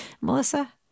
Melissa